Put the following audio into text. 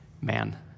man